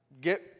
get